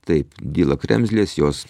taip dyla kremzlės jos